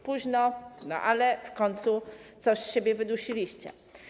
Późno, ale w końcu coś z siebie wydusiliście.